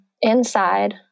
inside